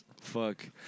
fuck